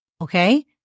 Okay